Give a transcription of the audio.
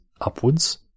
upwards